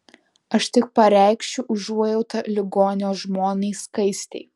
aš tik pareikšiu užuojautą ligonio žmonai skaistei